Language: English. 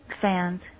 fans